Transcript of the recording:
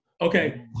Okay